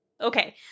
Okay